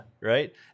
right